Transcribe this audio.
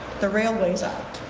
the railways act.